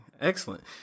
Excellent